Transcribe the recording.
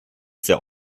sehr